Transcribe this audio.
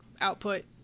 output